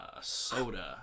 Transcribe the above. soda